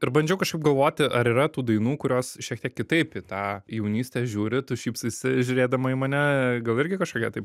ir bandžiau kažkaip galvoti ar yra tų dainų kurios šiek tiek kitaip į tą jaunystę žiūri tu šypsaisi žiūrėdama į mane gal irgi kažkokią tai